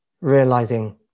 realizing